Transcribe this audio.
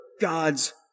God's